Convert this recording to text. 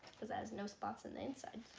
because there's no spots in the inside